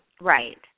Right